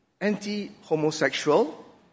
anti-homosexual